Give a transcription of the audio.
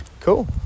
Cool